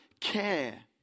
Care